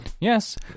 yes